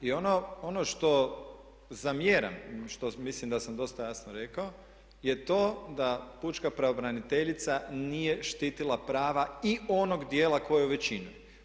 I ono što zamjeram, što mislim da sam dosta jasno rekao je to da pučka pravobraniteljica nije štitila prava i onog dijela koji je u većini.